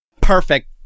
perfect